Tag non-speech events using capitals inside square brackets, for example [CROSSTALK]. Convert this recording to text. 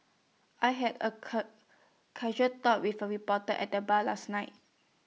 I had A [UNINTELLIGIBLE] casual talk with A reporter at the bar last night